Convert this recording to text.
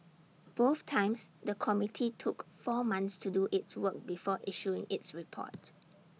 both times the committee took four months to do its work before issuing its report